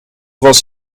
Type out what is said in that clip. was